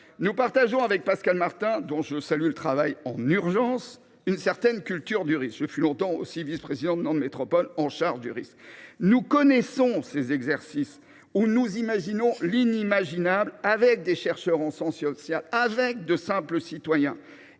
Nous partageons avec le rapporteur Pascal Martin, dont je salue le travail réalisé dans l’urgence, une certaine culture du risque. Je fus longtemps vice président de Nantes Métropole chargé du risque. Nous connaissons ces exercices où l’on imagine l’inimaginable avec des chercheurs en sciences sociales ou de simples citoyens